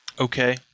Okay